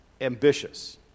ambitious